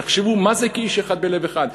תחשבו, מה זה "כאיש אחד בלב אחד"?